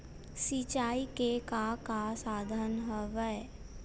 सिंचाई के का का साधन हवय?